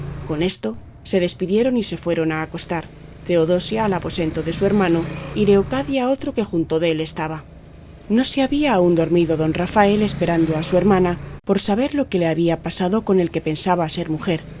con esto se despidieron y se fueron a acostar teodosia al aposento de su hermano y leocadia a otro que junto dél estaba no se había aún dormido don rafael esperando a su hermana por saber lo que le había pasado con el que pensaba ser mujer